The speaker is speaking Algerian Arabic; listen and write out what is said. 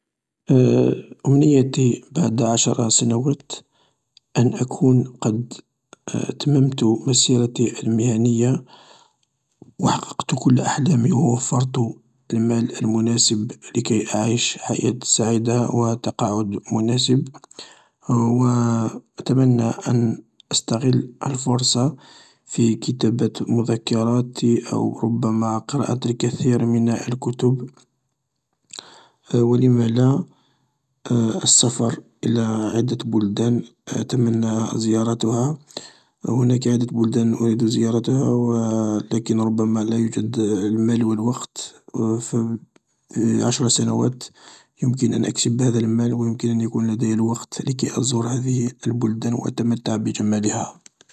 أمنيتي بعد عشر سنوات أن أكون قد أتممت مسيرتي المهنية’ و حققت كل أحلامي ووفرت المال المناسب لأعيش حياة سعيدة و تقاعد مناسب و أتمنى أن أستغل الفرصة في كتابة مذكراتي او ربما قراءة الكثير من الكتب و لم لا السفر الى عدة بلدان أتمنى زيارتها, هناك عدة بلدان أريد زيارتها و لكن ربما لا يوجد المال و الوقت في عشر سنوات يمكن أن أكسب هذا المال و يمكن أن يكون لدي الوقت لكي أزور هذ البلدان و أتمتع بجمالها.